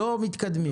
לא "מתקדמים".